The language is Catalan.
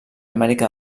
amèrica